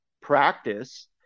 practice